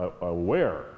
aware